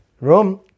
room